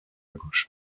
gauche